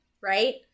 right